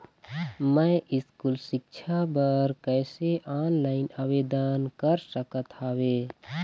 मैं स्कूल सिक्छा बर कैसे ऑनलाइन आवेदन कर सकत हावे?